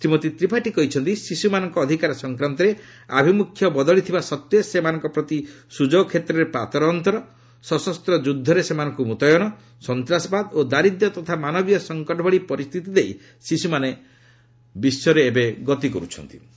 ଶ୍ରୀମତୀ ତ୍ରିପାଠୀ କହିଛନ୍ତି ଶିଶ୍ରମାନଙ୍କ ଅଧିକାର ସଂକ୍ରାନ୍ତରେ ଆଭିମ୍ରଖ୍ୟ ବଦଳିଥିବା ସତ୍ତ୍ୱେ ସେମାନଙ୍କ ପ୍ରତି ସ୍ୱଯୋଗ ଷେତ୍ରରେ ପାତରଅନ୍ତର ସଶସ୍ତ ଯୁଦ୍ଧରେ ମ୍ରତୟନ ସନ୍ତାସବାଦ ଓ ଦାରିଦ୍ର୍ୟ ତଥା ମାନବୀୟ ସଙ୍କଟ ଭଳି ପରିସ୍ଥିତି ଦେଇ ଶିଶ୍ରମାନେ ଗତି କର୍ତ୍ଥନ୍ତି